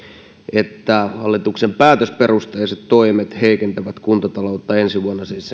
että hallituksen päätösperusteiset toimet heikentävät kuntataloutta ensi vuonna siis